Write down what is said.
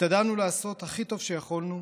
השתדלנו לעשות הכי טוב שיכולנו.